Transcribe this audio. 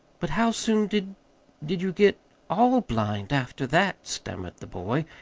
but how soon did did you get all blind, after that? stammered the boy,